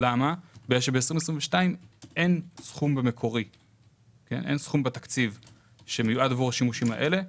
כי ב-2022 אין סכום בתקציב שמיועד עבור השימושים האלה.